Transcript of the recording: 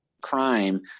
crime